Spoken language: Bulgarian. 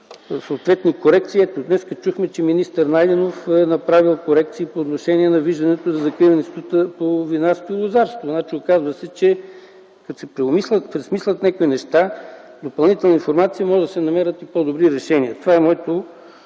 съответни корекции. Днес например чухме, че министър Найденов е направил корекции по отношение на вижданията за закриване на Института по винарство и лозарство. Оказва се, че като се преосмислят някои неща и има допълнителна информация, могат да се намерят по-добри решения. Това е моето